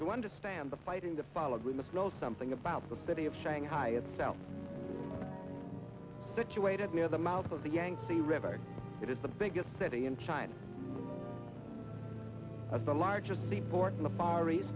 to understand the fighting the followed with the flow something about the city of shanghai itself situated near the mouth of the yangtze river it is the biggest city in china at the largest the port in the far east